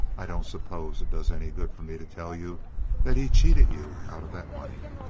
i don't suppose it does any good for me to tell you that he cheated you out of that money?